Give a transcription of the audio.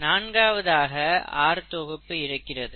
நான்காவதாக R தொகுப்பு இருக்கிறது